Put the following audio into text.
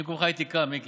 אני במקומך הייתי קם, מיקי.